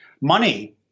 Money